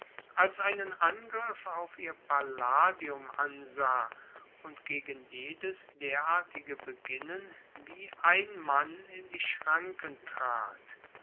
als einen angriff auf ihr palladium ansah und gegen jedes derartige beginnen wie ein mann in die schranken trat